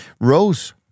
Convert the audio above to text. rose